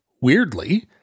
weirdly